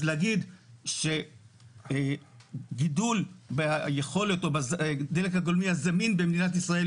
להגיד שגידול בדלק הגולמי הזמין במדינת ישראל